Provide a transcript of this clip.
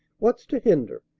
what's to hinder?